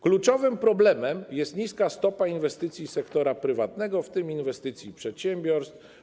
Kluczowym problemem jest niska stopa inwestycji sektora prywatnego, w tym inwestycji przedsiębiorstw.